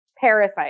parasite